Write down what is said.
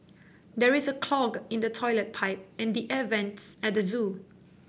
there is a clog in the toilet pipe and the air vents at the zoo